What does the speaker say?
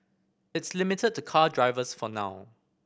it's limited to car drivers for now